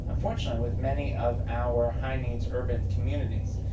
unfortunately, with many of our high-needs urban communities.